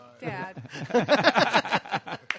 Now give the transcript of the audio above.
Dad